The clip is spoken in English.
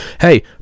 hey